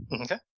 Okay